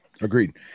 Agreed